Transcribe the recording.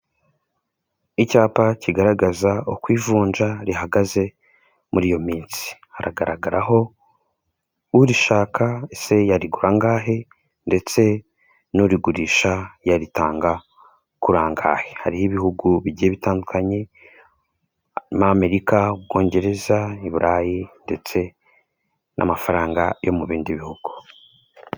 Icyapa kigaragaza uko ivunja rihagaze muri iyo minsi, haragaragaraho urishaka ese yarigura angahe ndetse n'urigurisha yaritanga kuri angahe. Hariho ibihugu bigiye bitandukanye ni Amerika, Ubwongereza, Iburayi ndetse n'amafaranga yo mu bindi bihugu.